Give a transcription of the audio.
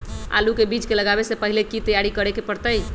आलू के बीज के लगाबे से पहिले की की तैयारी करे के परतई?